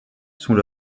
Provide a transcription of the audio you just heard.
sont